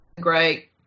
great